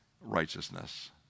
righteousness